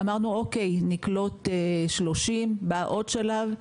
אמרנו: בסדר, נקלוט 30, בא עוד שלב.